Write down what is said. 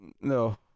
no